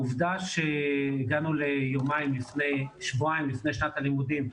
העובדה שהגענו שבועיים לפני תחילת הלימודים,